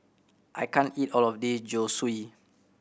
I can't eat all of the Zosui